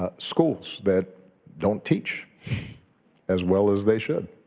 ah schools that don't teach as well as they should.